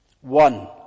One